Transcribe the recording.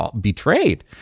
betrayed